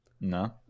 no